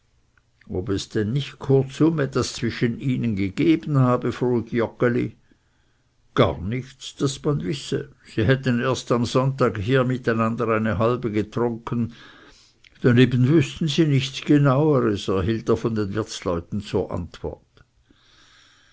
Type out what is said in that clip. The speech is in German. ob es denn nicht kurzum etwas zwischen ihnen gegeben habe frug joggeli gar nichts daß man wisse sie hätten erst am sonntag hier miteinander eine halbe getrunken daneben wüßten sie nichts genaueres erhielt er von den wirtsleuten zur antwort